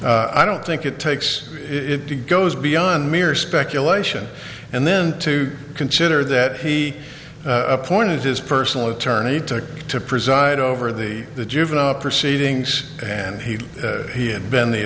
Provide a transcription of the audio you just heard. i don't think it takes it goes beyond mere speculation and then to consider that he appointed his personal attorney to to preside over the the juvenile proceedings and he he had been the